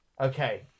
Okay